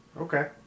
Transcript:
Okay